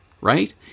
right